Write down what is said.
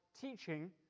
teaching